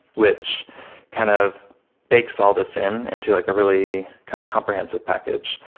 which kind of bakes all this in into like a really kind of comprehensive package.